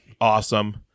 Awesome